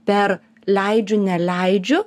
per leidžiu neleidžiu